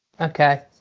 Okay